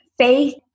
Faith